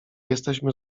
jesteśmy